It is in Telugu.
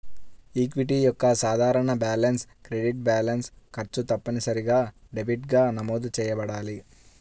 ఈక్విటీ యొక్క సాధారణ బ్యాలెన్స్ క్రెడిట్ బ్యాలెన్స్, ఖర్చు తప్పనిసరిగా డెబిట్గా నమోదు చేయబడాలి